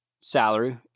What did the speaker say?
salary